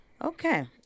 Okay